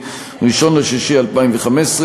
1 ביוני 2015,